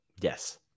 Yes